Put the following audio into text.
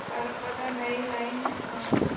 सारा पौधा नये लाए हैं हाँ